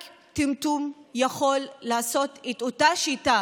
רק טמטום יכול לעשות אותה שיטה,